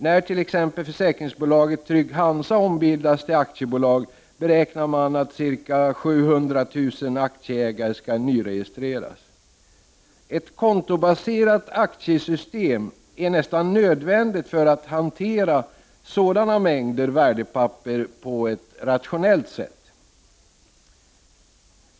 När t.ex. försäkringsbolaget Trygg-Hansa ombildas till aktiebolag, beräknar man att ca 700 000 aktieägare skall nyregistreras. Ett kontobaserat aktiesystem är nästan nödvändigt för att hantera sådana mängder värdepapper på ett rationellt sätt.